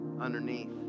underneath